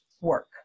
work